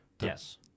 Yes